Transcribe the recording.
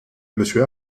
monsieur